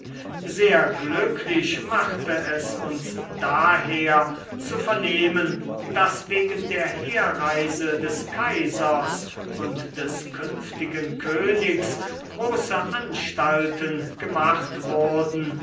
sehr glücklich machte es uns daher zu vernehmen daß wegen der herreise des kaisers und des künftigen königs große anstalten gemacht wurden